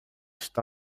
está